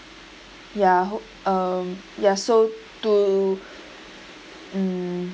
ya hope um ya so to mm